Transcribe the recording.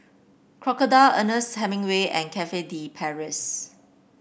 Crocodile Ernest Hemingway and Cafe De Paris